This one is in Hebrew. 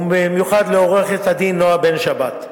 במיוחד לעורכת-הדין נועה בן-שבת,